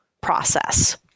process